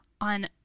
on